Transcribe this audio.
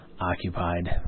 occupied